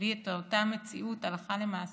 מביא את אותה מציאות הלכה למעשה,